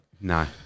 No